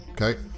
Okay